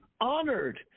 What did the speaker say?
honored